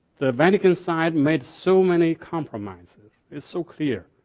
the vatican side made so many compromises, it's so clear.